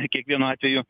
ir kiekvienu atveju